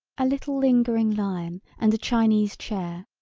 a little lingering lion and a chinese chair,